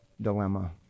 dilemma